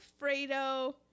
Fredo